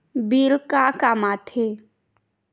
Bill का काम आ थे?